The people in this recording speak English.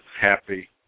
happy